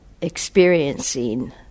experiencing